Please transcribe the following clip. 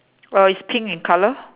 well it's pink in colour